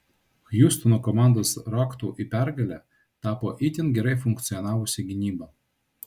hjustono komandos raktu į pergalę tapo itin gerai funkcionavusi gynyba